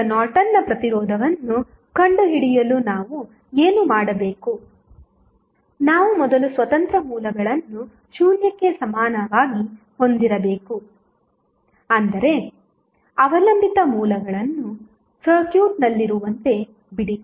ಈಗ ನಾರ್ಟನ್ನ ಪ್ರತಿರೋಧವನ್ನು ಕಂಡುಹಿಡಿಯಲು ನಾವು ಏನು ಮಾಡಬೇಕು ನಾವು ಮೊದಲು ಸ್ವತಂತ್ರ ಮೂಲಗಳನ್ನು 0 ಗೆ ಸಮನಾಗಿ ಹೊಂದಿಸಬೇಕು ಆದರೆ ಅವಲಂಬಿತ ಮೂಲಗಳನ್ನು ಸರ್ಕ್ಯೂಟ್ನಲ್ಲಿರುವಂತೆ ಬಿಡಿ